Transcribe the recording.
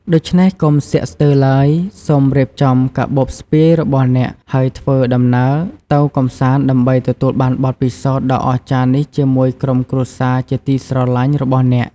ដូច្នេះកុំស្ទាក់ស្ទើរឡើយ សូមរៀបចំកាបូបស្ពាយរបស់អ្នកហើយធ្វើដំណើរទៅកម្សាន្តដើម្បីទទួលបានបទពិសោធន៍ដ៏អស្ចារ្យនេះជាមួយក្រុមគ្រួសារជាទីស្រឡាញ់របស់អ្នក។